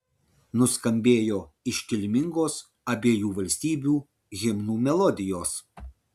nuskambėjo iškilmingos abiejų valstybių himnų melodijos